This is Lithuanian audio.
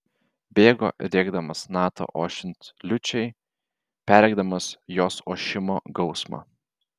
bėgo rėkdamas natą ošiant liūčiai perrėkdamas jos ošimo gausmą